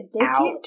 out